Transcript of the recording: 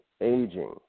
aging